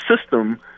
system